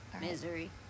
misery